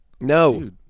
No